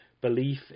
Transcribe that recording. belief